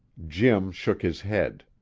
jim shook his head.